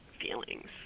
feelings